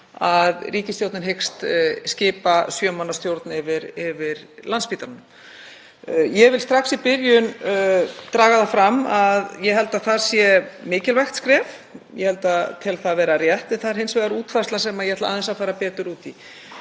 að ríkisstjórnin hyggst skipa sjö manna stjórn yfir Landspítalann. Ég vil strax draga það fram að ég held að það sé mikilvægt skref, ég tel það vera rétt, en það er hins vegar útfærslan sem ég ætla aðeins að fara betur út í.